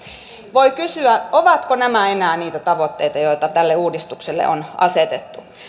voi kysyä ovatko nämä enää niitä tavoitteita joita tälle uudistukselle on asetettu